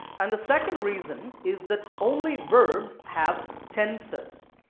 and the second reason is that only verbs have tenses.